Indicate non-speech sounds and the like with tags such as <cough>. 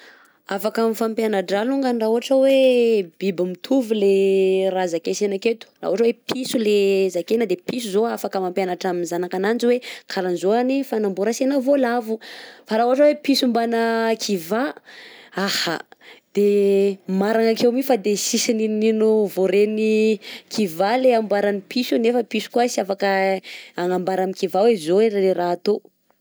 Afaka mifampianadraha alongany raha ohatra hoe biby mitovy le <hesitation> raha zakentsena aketo raha ohatra hoe piso le <hesitation> zakena de piso zao afaka mampianatra amin'ny zanak'ananjy hoe kara an'zao any fagnamboarantsena vaolavo, fa raha ohatra hoe piso mbana kiva, aha de maragna akeo mi fa de sisy n'ino n'ino vaoreny kiva le ambarany piso nefa piso koà sy afaka agnambara amin'ny kiva hoe zao le raha atao.